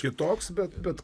kitoks bet bet